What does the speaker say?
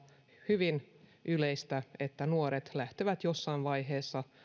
hyvin yleistä että nuoret lähtevät jossain vaiheessa